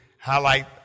highlight